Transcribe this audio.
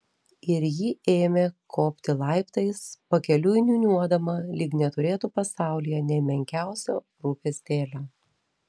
ir ji ėmė kopti laiptais pakeliui niūniuodama lyg neturėtų pasaulyje nė menkiausio rūpestėlio